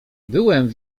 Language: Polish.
byłem